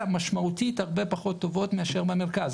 משמעותית הרבה פחות טובות מאשר במרכז.